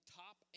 top